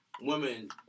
women